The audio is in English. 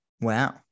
Wow